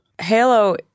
Halo